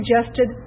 suggested